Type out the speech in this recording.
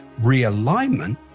realignment